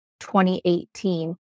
2018